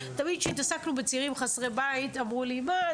תמיד שהתעסקנו בצעירים חסרי בית אמרו לי "מה,